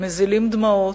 מזילים דמעות,